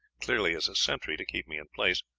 clearly as a sentry to keep me in place,